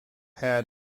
had